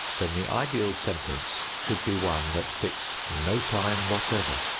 then the ideal sentence should be one that fixed no time whatever.